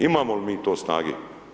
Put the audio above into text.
Imamo li mi to snage?